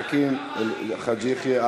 חכים חאג' יחיא,